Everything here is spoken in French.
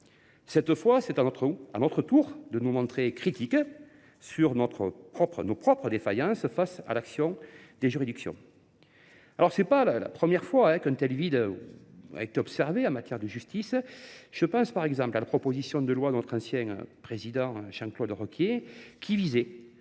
Cette fois, c’est à notre tour de nous montrer critiques sur nos propres défaillances face à l’action des juridictions. Ce n’est d’ailleurs pas la première fois qu’un tel vide est observé en matière de justice. Je pense, par exemple, à la proposition de loi de notre ancien président Jean Claude Requier, qui visait